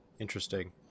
Interesting